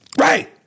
Right